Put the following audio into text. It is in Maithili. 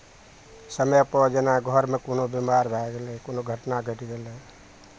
समयपर जेना घरमे कोनो बिमार भए गेलै कोनो घटना घटि गेलै